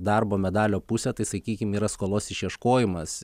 darbo medalio pusė tai sakykim yra skolos išieškojimas